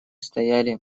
стояли